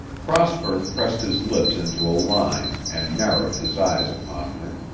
prosper pressed his lips into a line and narrowed his eyes upon her.